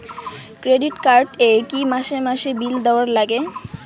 Credit card এ কি মাসে মাসে বিল দেওয়ার লাগে?